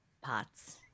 parts